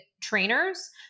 trainers